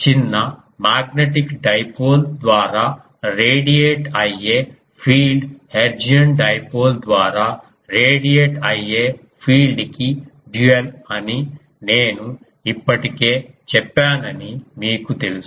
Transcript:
చిన్న magnetic dipole ద్వారా radiate అయ్యే ఫీల్డ్ హెర్ట్జియన్ డైపోల్ ద్వారా రేడియేట్ అయ్యే ఫీల్డ్ కి డ్యూయల్ అని నేను ఇప్పటికే చెప్పానని మీకు తెలుసు